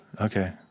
Okay